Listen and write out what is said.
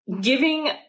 giving